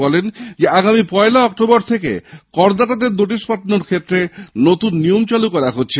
তিনি বলেন আগামী পয়লা অক্টোবর থেকে করদাতাদের নোটিশ পাঠানোর ক্ষেত্রে নতুন নিয়ম চালু করা হচ্ছে